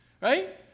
right